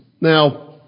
Now